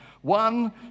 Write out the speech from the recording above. One